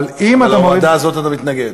אבל אם, אבל להורדה הזאת אתה מתנגד?